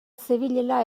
zebilela